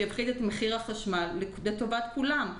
שיפחית את מחיר החשמל לטובת כולם.